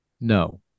no